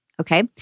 okay